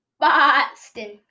Boston